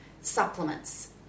supplements